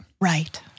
Right